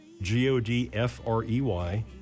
G-O-D-F-R-E-Y